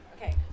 Okay